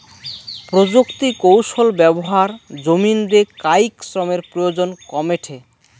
প্রযুক্তিকৌশল ব্যবহার জমিন রে কায়িক শ্রমের প্রয়োজন কমেঠে